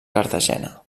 cartagena